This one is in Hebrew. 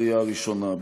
לקריאה הראשונה.